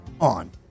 on